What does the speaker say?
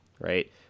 right